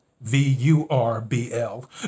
V-U-R-B-L